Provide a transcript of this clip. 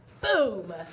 Boom